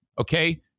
Okay